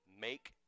make